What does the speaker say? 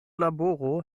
laboro